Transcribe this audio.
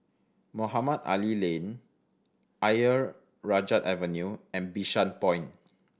Mohamed Ali Lane Ayer Rajah Avenue and Bishan Point